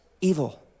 evil